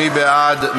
מי בעד?